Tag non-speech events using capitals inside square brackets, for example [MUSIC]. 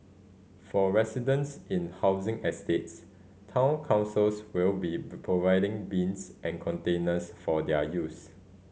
for residents in housing estates town councils will be [UNINTELLIGIBLE] providing bins and containers for their use